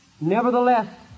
nevertheless